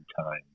time